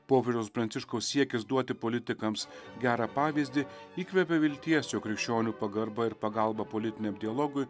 popiežiaus pranciškaus siekis duoti politikams gerą pavyzdį įkvepia vilties jog krikščionių pagarba ir pagalba politiniam dialogui